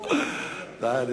הייתי גם מספיק זמן פה.